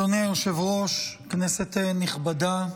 אדוני היושב-ראש, כנסת נכבדה,